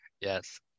Yes